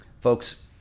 Folks